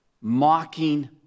mocking